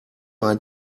ein